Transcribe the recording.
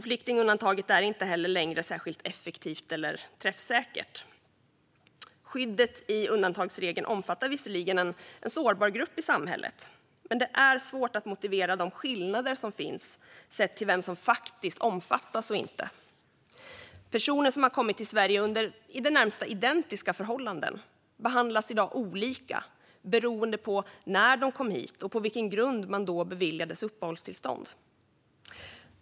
Flyktingundantaget är inte heller längre särskilt effektivt eller träffsäkert. Skyddet i undantagsregeln omfattar visserligen en sårbar grupp i samhället, men det är svårt att motivera de skillnader som finns sett till vem som faktiskt omfattas och inte. Personer som har kommit till Sverige under i det närmaste identiska förhållanden behandlas i dag olika beroende på när de kom hit och på vilken grund de då beviljades uppehållstillstånd.